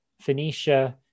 Phoenicia